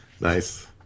Nice